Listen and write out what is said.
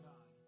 God